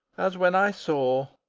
as when i saw.